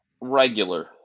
Regular